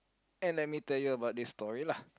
and let me tell you about this story lah